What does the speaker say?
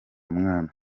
mwana